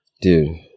dude